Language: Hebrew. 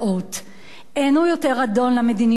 אין הוא יותר אדון למדיניות שקבע,